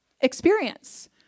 experience